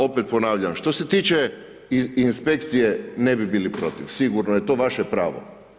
Opet ponavljam, što se tiče inspekcije, ne bi bili protiv sigurno jer je to vaše pravo.